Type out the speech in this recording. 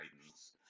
Titans